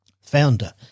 founder